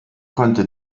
konnte